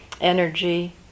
energy